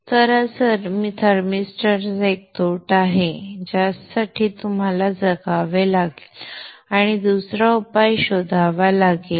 तर हा थर्मिस्टरचा एक तोटा आहे ज्यासाठी तुम्हाला जगावे लागेल किंवा दुसरा उपाय शोधावा लागेल